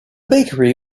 bakery